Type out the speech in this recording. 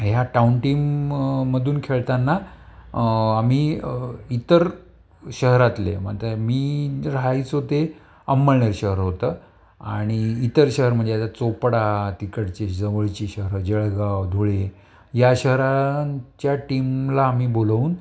ह्या टाऊन टीममधून खेळताना आम्ही इतर शहरातले म्हणतंय मी राहायचो ते अंबळनेर शहर होतं आणि इतर शहर म्हणजे आता चोपडा तिकडची जवळची शहर जळगाव धुळे या शहरांच्या टीमला आम्ही बोलवून